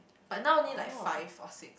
but now only like five or six